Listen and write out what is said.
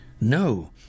No